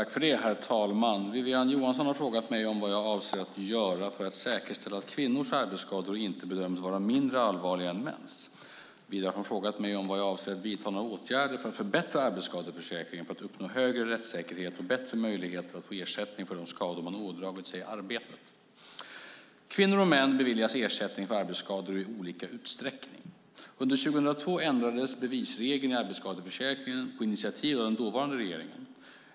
Herr talman! Wiwi-Anne Johansson har frågat mig vad jag avser att göra för att säkerställa att kvinnors arbetsskador inte bedöms vara mindre allvarliga än mäns. Vidare har hon frågat mig om jag avser att vidta några åtgärder för att förbättra arbetsskadeförsäkringen för att uppnå högre rättssäkerhet och bättre möjligheter att få ersättning för de skador man har ådragit sig i arbetet. Kvinnor och män beviljas ersättning för arbetsskador i olika utsträckning. Under 2002 ändrades bevisregeln i arbetsskadeförsäkringen på initiativ av den dåvarande regeringen.